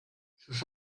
sus